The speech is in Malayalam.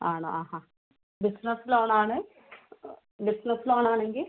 ആണോ ആ ആ ബിസിനസ്സ് ലോണാണ് ബിസിനസ്സ് ലോൺ ആണെങ്കിൽ